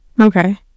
okay